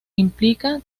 implica